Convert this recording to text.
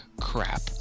crap